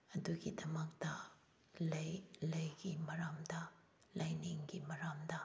ꯑꯗꯨꯒꯤꯗꯃꯛꯇ ꯂꯥꯏ ꯂꯥꯏꯒꯤ ꯃꯔꯝꯗ ꯂꯥꯏꯅꯤꯡꯒꯤ ꯃꯔꯝꯗ